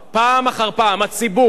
פעם אחר פעם הציבור,